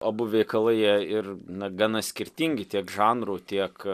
abu veikalai jie ir na gana skirtingi tiek žanru tiek